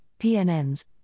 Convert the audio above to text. PNNs